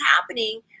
happening